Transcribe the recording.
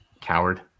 Coward